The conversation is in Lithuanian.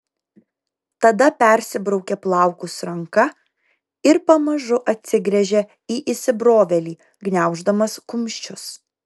tada persibraukia plaukus ranka ir pamažu atsigręžia į įsibrovėlį gniauždamas kumščius